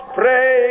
pray